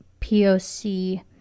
poc